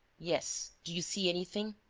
yes. do you see anything?